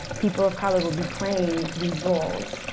people of color will be playing these roles.